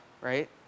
right